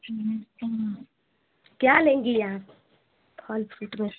क्या लेंगी आप फल